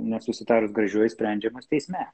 nesusitarus gražiuoju sprendžiamos teisme